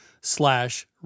slash